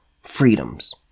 freedoms